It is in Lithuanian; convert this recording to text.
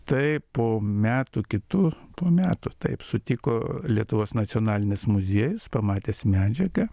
tai po metų kitų po metų taip sutiko lietuvos nacionalinis muziejus pamatęs medžiagą